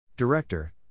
Director